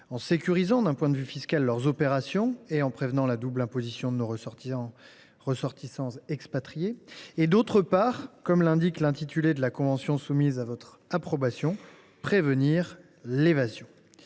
en sécurisant d’un point de vue fiscal leurs opérations et en prévenant la double imposition de nos ressortissants expatriés ; d’autre part, comme l’indique l’intitulé de la convention soumise à votre approbation, prévenir l’évasion.